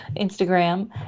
Instagram